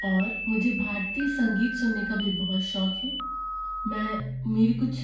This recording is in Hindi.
और मुझे भारतीय संगीत सुनने का भी बहुत शौक है मैं मेरी कुछ